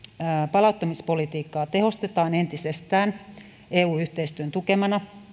palauttamispolitiikkaa tehostetaan entisestään eu yhteistyön tukemana